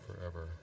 forever